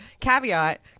caveat –